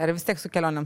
ar vis tiek su kelionėm